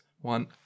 One